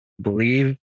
believe